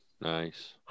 Nice